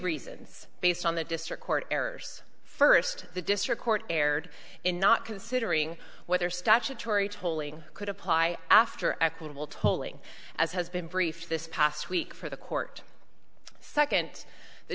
reasons based on the district court errors first the district court erred in not considering whether statutory tolling could apply after equitable tolling as has been brief this past week for the court second the